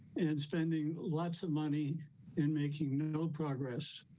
and spending lots of money and making no progress.